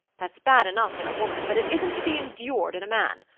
that's bad enough in a woman, but it isn't to be endured in a man.